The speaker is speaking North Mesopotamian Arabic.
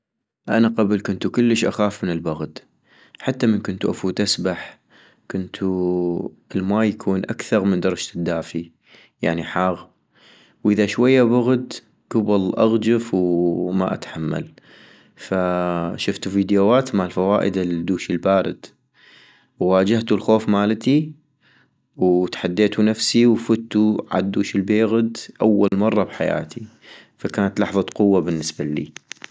أنا قبل كنتو كلش أخاف من البغد، حتى من كنتو افوت اسبح، كنتو الماي يكون اكثغ من درجة الدافي ، يعني حاغ ،واذا شوية بغد كبل اغجف وما أتحمل ،فشفتو فيديوات مال فوائد الدوش البارد ، وواجهتو الخوف مالتي وتحديتو نفسي وفتو عالدوش البيغد أول مرة بحياتي - فكانت لحظة قوة بالنسبة إلي